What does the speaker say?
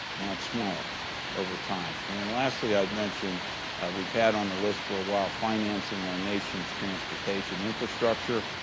not smaller over time. and then lastly, i had mentioned we've had on the list for a while financing our nation's transportation infrastructure.